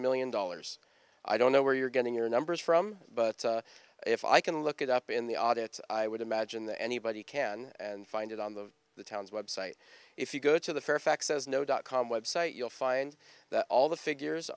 million dollars i don't know where you're getting your numbers from but if i can look it up in the audits i would imagine that anybody can find it on the the town's web site if you go to the fairfax says no dot com website you'll find all the figures